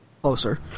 closer